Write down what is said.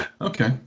okay